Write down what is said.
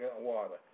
water